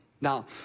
now